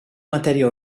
matèria